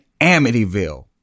Amityville